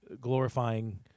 glorifying